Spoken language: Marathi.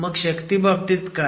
मग शक्ती बाबतीत काय